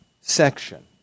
section